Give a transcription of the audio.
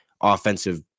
offensive